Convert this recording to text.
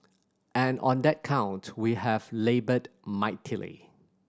and on that count we have laboured mightily